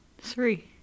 Three